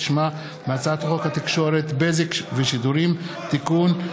שמה מהצעת חוק התקשורת (בזק ושידורים) (תיקון,